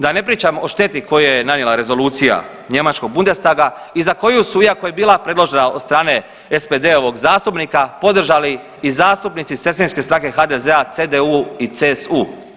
Da ne pričam o šteti koju je nanijela Rezolucija njemačkog Bundestaga i za koju su iako je bila predložena od strane SPD-ovog zastupnika podržali i zastupnici sestrinske stranke HDZ-a CDU i CSU.